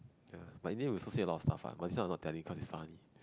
ya but in the end we also said a lot of stuff what but this one I not telling cause its funny